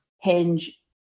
hinge